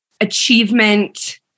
achievement